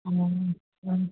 অঁ অঁ